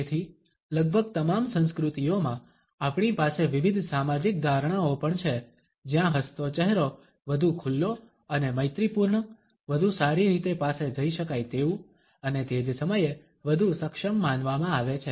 તેથી લગભગ તમામ સંસ્કૃતિઓમાં આપણી પાસે વિવિધ સામાજિક ધારણાઓ પણ છે જ્યાં હસતો ચહેરો વધુ ખુલ્લો અને મૈત્રીપૂર્ણ વધુ સારી રીતે પાસે જઈ શકાય તેવું અને તે જ સમયે વધુ સક્ષમ માનવામાં આવે છે